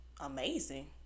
amazing